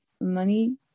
Money